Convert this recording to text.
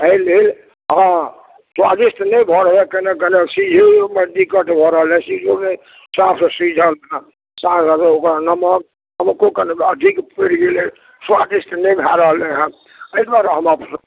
एहि लेल हँ स्वादिष्ट नहि भऽ रहल यऽ कनि कनि सीझहोमे दिक्कत भए रहल यऽ सीझहोमे चाकसँ सिझल ओहिमे नमको कनिको कनि अधिक परि गेल अछि स्वादिष्ट नहि भए रहलै हँ एहि दुआरे हम